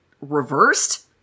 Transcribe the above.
Reversed